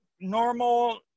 normal